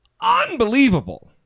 unbelievable